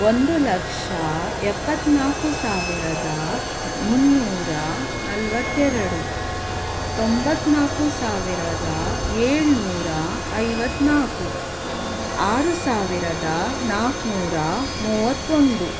ಒಂದು ಲಕ್ಷ ಎಪ್ಪತ್ತ್ನಾಕು ಸಾವಿರದ ಮುನ್ನೂರ ನಲ್ವತ್ತೆರಡು ತೊಂಬತ್ತ್ನಾಕು ಸಾವಿರದ ಏಳ್ನೂರ ಐವತ್ತ್ನಾಲ್ಕು ಆರು ಸಾವಿರದ ನಾಲ್ಕ್ನೂರ ಮೂವತ್ತೊಂದು